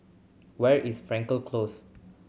where is Frankel Close